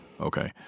Okay